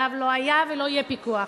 עליו לא היה ולא יהיה פיקוח.